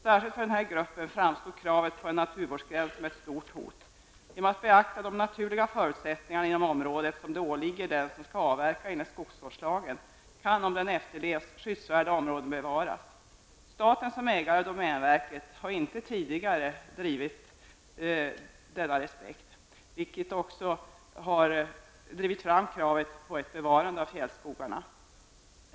Särskilt för denna grupp framstod kravet på naturvårdsgräns som ett stort hot. Genom att beakta de naturliga förutsättningarna inom området, vilket åligger den som skall avverka enligt skogsvårdslagen, kan om lagen efterlevs skyddsvärda områden bevaras. Staten som ägare av domänverket har inte tidigare visat denna respekt, vilket också drivit fram kravet på ett bevarande av fjällskogarna.